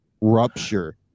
rupture